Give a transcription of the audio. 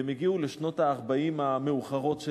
והם הגיעו לשנות ה-40 המאוחרות שלהם,